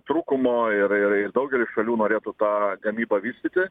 trūkumo ir ir ir daugelis šalių norėtų tą gamybą vystyti